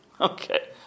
Okay